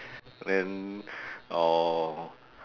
then or